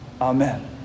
Amen